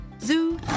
Zoo